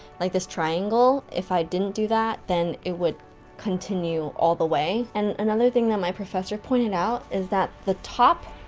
like this triangle, if i didn't do that, then it would continue all the way and another thing my professor pointed out is that the top